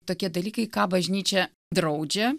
tokie dalykai ką bažnyčia draudžia